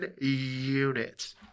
units